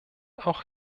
auch